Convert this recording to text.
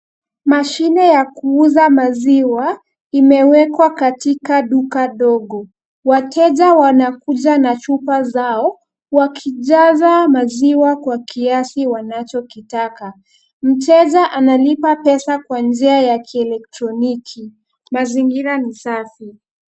Mashine ya kuuza maziwa imewekwa katika duka ndogo. Wateja wanakuja na chupa zao wakijaza maziwa kwa kiasi wanachokitaka. Mteja analipa pesa kwa njia ya kielektroniki. Mazingira ni safi.